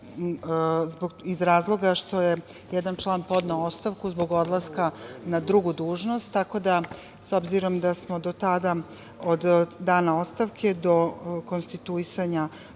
iz razloga što je jedan član podneo ostavku zbog odlaska na drugu dužnost. Tako da, s obzirom da smo do tada, od dana ostavke do konstituisanja